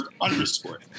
underscore